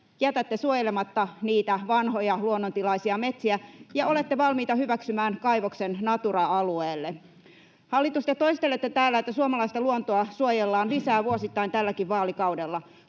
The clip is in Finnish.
jätätte suojelematta niitä vanhoja luonnontilaisia metsiä, ja olette valmiita hyväksymään kaivoksen Natura-alueelle. Hallitus, te toistelette täällä, että suomalaista luontoa suojellaan lisää vuosittain tälläkin vaalikaudella.